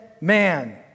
man